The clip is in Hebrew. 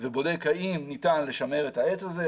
ובודק האם ניתן לשמר את העץ הזה,